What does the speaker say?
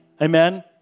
Amen